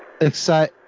Excite